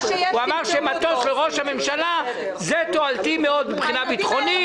הוא אמר שמטוס לראש הממשלה זה תועלתי מאוד מבחינה ביטחונית ותקציבית.